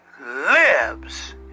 Lives